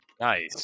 Nice